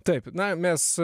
taip na mes